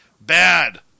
Bad